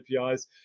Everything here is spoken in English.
APIs